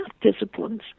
disciplines